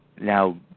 now